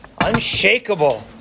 unshakable